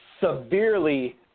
severely